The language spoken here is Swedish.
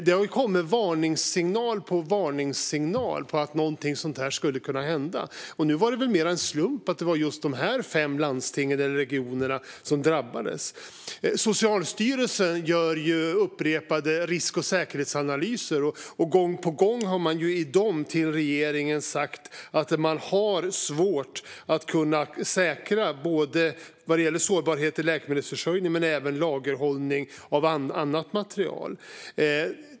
Det har kommit varningssignal på varningssignal om att något sådant skulle kunna hända. Nu var det mer en slump att det var just de fem regionerna som drabbades. Socialstyrelsen gör upprepade risk och säkerhetsanalyser. Gång på gång har man i dem till regeringen sagt att det råder en sårbarhet i läkemedelsförsörjningen och att det är svårt att säkra lagerhållningen av annat material.